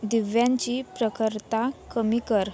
दिव्यांची प्रखरता कमी कर